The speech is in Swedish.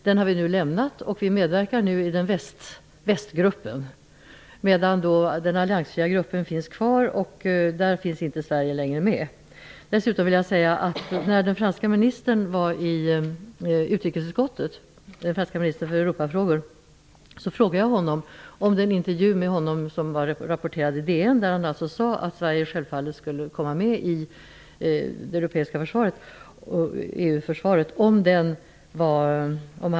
Den har vi nu lämnat. Nu medverkar vi i Västgruppen. Den alliansfria gruppen finns kvar, men Sverige är inte med längre. När den franske ministern för Europafrågor besökte utrikesutskottet frågade jag honom om han var korrekt återgiven i en intervju i DN.